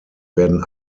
werden